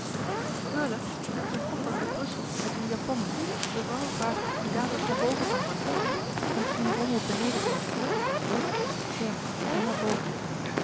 freule daar is een koffer uit brussel met uw japonnen mevrouw vraagt of die louis couperus de boeken der kleine zielen dadelijk naar boven kan worden gebracht om geen rommel beneden te hebben ja breng maar boven